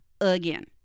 again